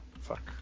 Fuck